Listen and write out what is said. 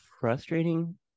frustrating